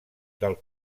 del